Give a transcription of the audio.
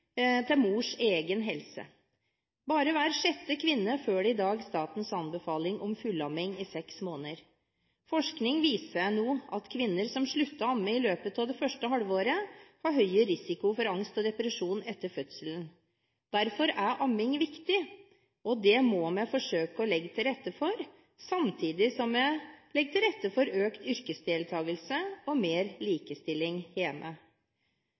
til mors egen helse. Bare hver sjette kvinne følger i dag statens anbefaling om fullamming i seks måneder. Forskning viser at kvinner som slutter å amme i løpet av det første halvåret, har høyere risiko for angst og depresjon etter fødselen. Derfor er amming viktig, og det må vi forsøke å legge til rette for, samtidig som vi legger til rette for økt yrkesdeltagelse og mer likestilling